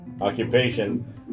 occupation